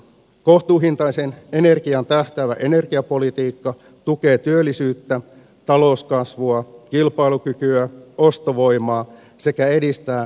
kohtuuhintaiseen energiaan tähtäävä energiapolitiikka tukee työllisyyttä talouskasvua kilpailukykyä ostovoimaa sekä edistää sosiaalista oikeudenmukaisuutta